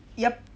yup